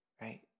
right